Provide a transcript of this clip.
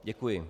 Děkuji.